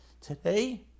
Today